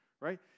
Right